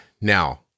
now